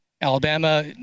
Alabama